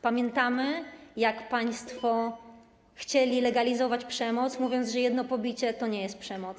Pamiętamy, jak państwo chcieli legalizować przemoc, mówiąc, że jedno pobicie to nie jest przemoc.